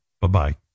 Bye-bye